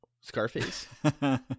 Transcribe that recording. Scarface